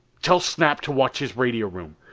tell snap to watch his radio room.